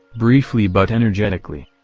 briefly but energetically.